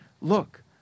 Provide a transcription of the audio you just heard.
Look